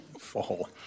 fall